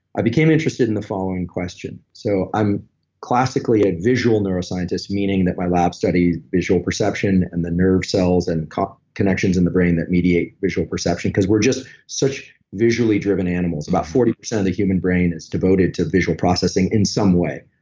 i became interested in the following question. so, i'm classically a visual neuroscientist, meaning that my lab studies visual perception and the nerve cells, and connections in the brain that mediate visual perception, because we're just such visually driven animals. about forty percent of the human brain is devoted devoted to visual processing in some way.